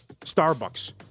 Starbucks